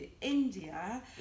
India